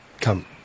Come